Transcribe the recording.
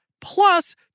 plus